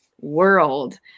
world